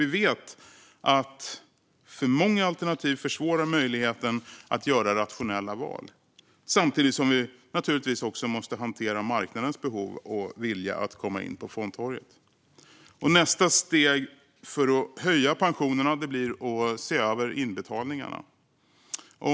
Vi vet att för många alternativ försvårar möjligheten att göra rationella val. Samtidigt måste vi naturligtvis också hantera marknadens behov och vilja att komma in på fondtorget. Nästa steg för att höja pensionerna blir att se över inbetalningarna.